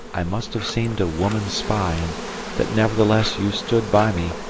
i must have seemed a woman spy and that nevertheless you stood by me,